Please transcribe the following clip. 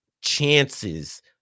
chances